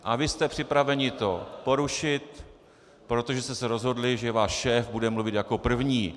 A vy jste připraveni to porušit, protože jste se rozhodli, že váš šéf bude mluvit jako první.